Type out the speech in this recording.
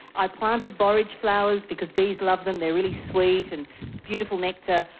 i planted borage flowers because bees love them, they are really sweet, and beautiful nectar.